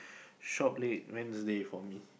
shop late Wednesday for me